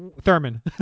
Thurman